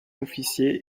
officier